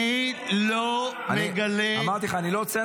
אני לא מגלה --- הופה.